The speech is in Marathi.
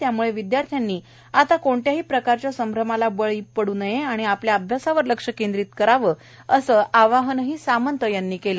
त्यामुळे विद्यार्थ्यांनी आता कोणत्याही प्रकारच्या संभ्रमास बळी पड् नये व आपल्या अभ्यासावर लक्ष केंद्रीत करावे असे आवाहनही सामंत यांनी यावेळी केले